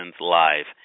Live